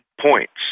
points